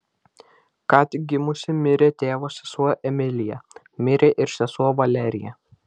ką tik gimusi mirė tėvo sesuo emilija mirė ir sesuo valerija